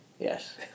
Yes